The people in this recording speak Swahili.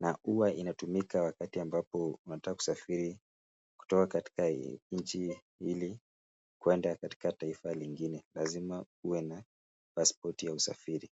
na huwa inatumika wakati amapo unataka kusafiri, kutoka katika nchi hili, kuenda katika taifa lingine lazima uwe na paspoti ya usafiri.